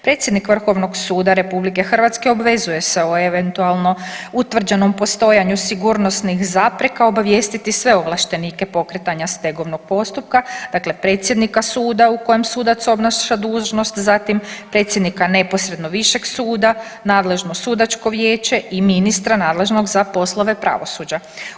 Predsjednik VSRH-a obvezuje se o eventualno utvrđenom postojanju sigurnosnih zapreka obavijestiti sve ovlaštenike pokretanja stegovnog postupka, dakle predsjednika suda u kojem sudac obnaša dužnost, zatim predsjednika neposredno višeg suda, nadležno sudačko vijeće i ministra nadležnog za poslove pravosuđa.